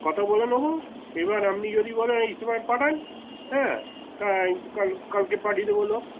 কথা বলে নেবো এবার আপনি যদি বলেন এই সময় পাঠান হ্যাঁ কাল কালকে পাঠিয়ে দেবো লোক